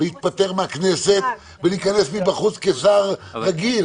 להתפטר מהכנסת ולהיכנס מבחוץ כשר רגיל,